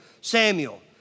Samuel